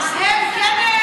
אז הם כן?